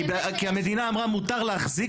כי המדינה אמרה - מותר להחזיק,